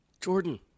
Jordan